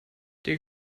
der